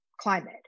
climate